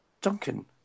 Duncan